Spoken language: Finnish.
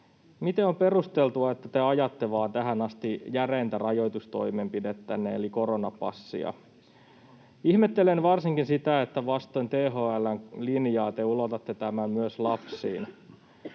miten on perusteltua, että te vain ajatte tähän asti järeintä rajoitustoimenpidettänne eli koronapassia? Ihmettelen varsinkin sitä, että vastoin THL:n linjaa te ulotatte tämän myös lapsiin.